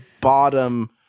bottom –